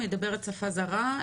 מדברת שפה זרה,